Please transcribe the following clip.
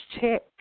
check